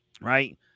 right